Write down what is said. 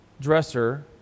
dresser